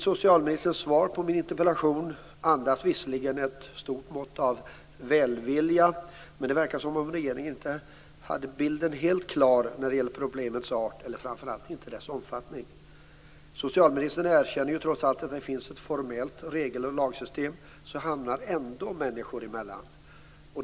Socialministerns svar på min interpellation andas visserligen ett stort mått av välvilja men det verkar som att regeringen inte har bilden helt klar för sig när det gäller problemets art och framför allt inte när det gäller omfattningen. Socialministern erkänner att människor, trots att det finns ett formellt regel och lagsystem, hamnar emellan.